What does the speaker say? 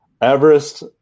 Everest